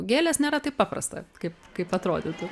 gėlės nėra taip paprasta kaip kaip atrodytų